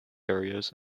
areas